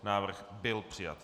Návrh byl přijat.